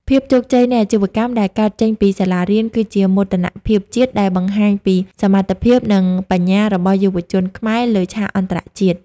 ភាពជោគជ័យនៃអាជីវកម្មដែលកើតចេញពីសាលារៀន គឺជាមោទនភាពជាតិដែលបង្ហាញពីសមត្ថភាព និងបញ្ញារបស់យុវជនខ្មែរលើឆាកអន្តរជាតិ។